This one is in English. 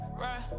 right